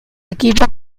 equipo